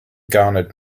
garnered